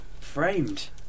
framed